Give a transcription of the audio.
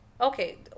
Okay